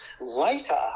later